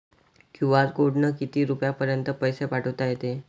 QR कोडनं किती रुपयापर्यंत पैसे पाठोता येते?